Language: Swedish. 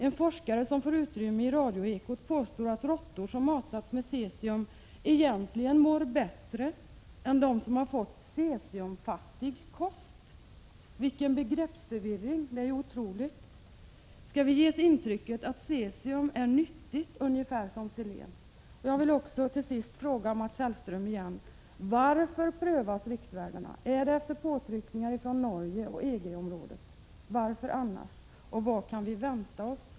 En forskare som får utrymme i radioekot påstår att råttor som matats med cesium egentligen mår bättre än de som fått cesiumfattig kost. Vilken begreppsförvirring — det är otroligt! Skall vi ges intrycket att cesium är nyttigt, ungefär som selen? Jag vill till sist fråga Mats Hellström igen: Varför prövas riktvärdena? Är det efter påtryckningar från Norge och EG-området? Varför annars? Och vad kan vi vänta oss?